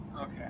Okay